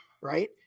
right